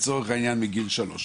לצורך העניין מגיל שלוש.